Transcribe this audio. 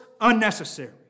unnecessary